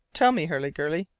tell me, hurliguerly.